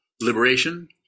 liberation